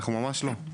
אנחנו ממש לא.